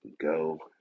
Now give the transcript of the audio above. Go